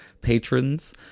patrons